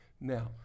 Now